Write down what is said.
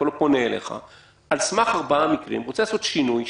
על סמך 4 מקרים, משרד המשפטים רוצה לעשות שינוי.